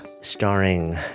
starring